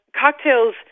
cocktails